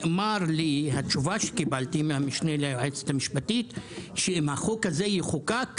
והתשובה שקיבלתי מהמשנה ליועצת המשפטית היא שאם החוק הזה יחוקק,